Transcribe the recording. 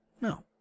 No